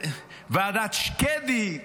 ועדת שקדי.